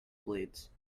blades